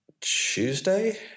Tuesday